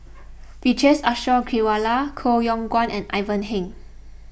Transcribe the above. Vijesh Ashok Ghariwala Koh Yong Guan and Ivan Heng